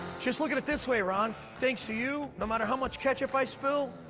just look at it this way, ron. thanks to you, no matter how much ketchup i spill,